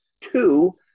Two